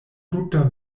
tuta